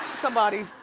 somebody,